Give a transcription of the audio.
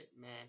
man